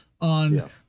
on